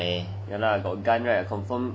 ya lah got right confirm shoot already the one-sized otter